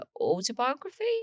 autobiography